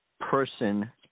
person